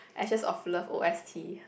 Ashes of Love O_S_T